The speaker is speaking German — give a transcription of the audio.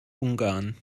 ungarn